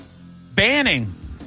banning